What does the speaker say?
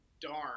darn